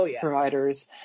providers